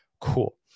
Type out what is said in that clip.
Cool